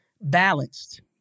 balanced